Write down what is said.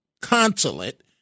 consulate